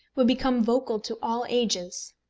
would become vocal to all ages?